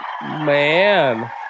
Man